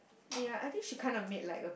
ya I think she kind of meet like a